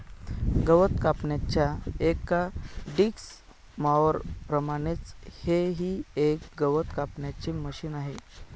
गवत कापण्याच्या एका डिक्स मॉवर प्रमाणेच हे ही एक गवत कापण्याचे मशिन आहे